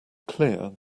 clear